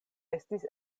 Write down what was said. estis